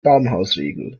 baumhausregel